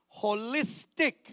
holistic